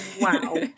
Wow